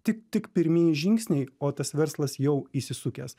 tik tik pirmieji žingsniai o tas verslas jau įsisukęs